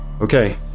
Okay